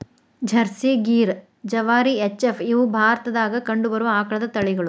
Jersey, Gir, Jawari, H F, ಇವ ಭಾರತದಾಗ ಕಂಡಬರು ಆಕಳದ ತಳಿಗಳು